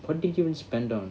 what did you even spend on